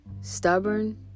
Stubborn